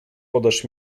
podasz